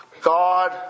God